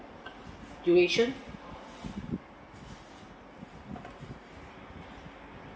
duration